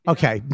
Okay